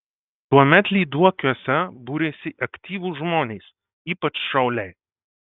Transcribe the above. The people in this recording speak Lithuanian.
tuomet lyduokiuose būrėsi aktyvūs žmonės ypač šauliai